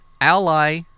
ally